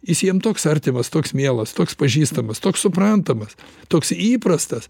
jis jiem toks artimas toks mielas toks pažįstamas toks suprantamas toks įprastas